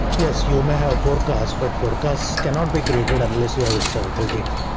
yes, you may have forecasts, but forecasts cannot be created unless you have historical data.